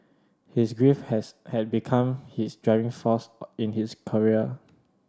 his grief has had become his driving force in his career